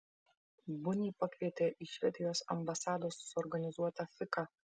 bunį pakvietė į švedijos ambasados suorganizuotą fiką